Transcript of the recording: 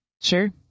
sure